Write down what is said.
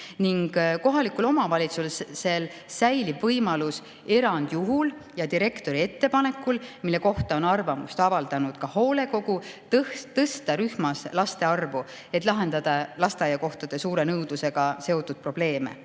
Kohalikule omavalitsusele jääb võimalus erandjuhul ja direktori ettepanekul, mille kohta on arvamust avaldanud ka hoolekogu, rühmas laste arvu suurendada, et lahendada lasteaiakohtade suure nõudlusega seotud probleeme.